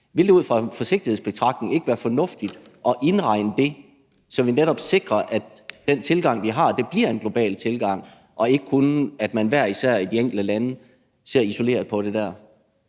Vil det ud fra en forsigtighedsbetragtning ikke være fornuftigt at indregne det, så vi netop sikrer, at den tilgang, vi har, bliver en global tilgang, og at man ikke kun hver især i de enkelte lande ser isoleret på det?